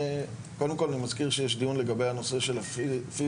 קודם כל אני מזכיר שיש דיון לגבי הנושא של הפיזיקה,